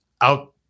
out